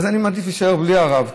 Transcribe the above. אז אני מעדיף להישאר בלי הרב,